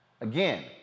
again